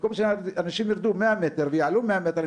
במקום שאנשים ירדו מאה מטר ויעלו מאה מטר,